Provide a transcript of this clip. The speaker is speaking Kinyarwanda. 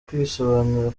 kwisobanura